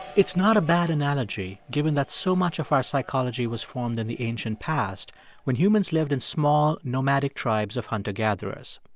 it's not a bad analogy, given that so much of our psychology was formed in the ancient past when humans lived in small nomadic tribes of hunter-gatherers.